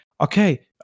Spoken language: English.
okay